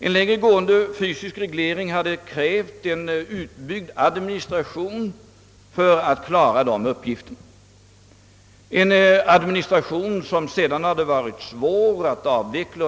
En längre gående fysisk reglering hade krävt uppbyggandet av en administration, som det sedan hade varit svårt att avveckla.